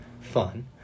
fun